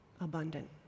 abundant